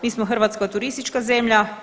Mi smo, Hrvatska je turistička zemlja.